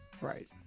right